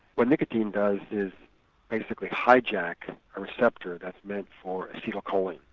what nicotine does is basically hijacks a receptor that's meant for acetylcholine,